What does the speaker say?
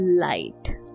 light